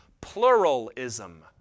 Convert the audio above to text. pluralism